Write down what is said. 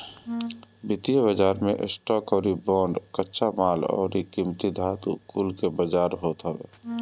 वित्तीय बाजार मे स्टॉक अउरी बांड, कच्चा माल अउरी कीमती धातु कुल के बाजार होत हवे